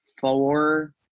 four